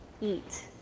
eat